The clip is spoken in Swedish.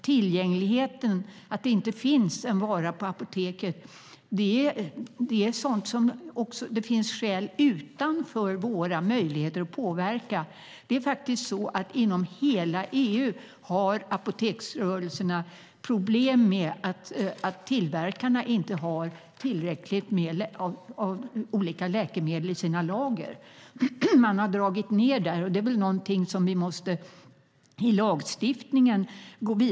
Tillgängligheten - att en vara inte finns på apoteket - är en sådan sak som står utanför våra möjligheter att påverka. Inom hela EU har apoteksrörelserna problem med att tillverkarna inte har tillräckligt mycket av de olika läkemedlen i sina lager. Där har man dragit ned, och det är något som vi måste gå vidare med i lagstiftningen.